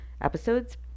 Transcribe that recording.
episodes